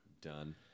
Done